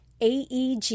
AEG